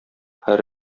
һәр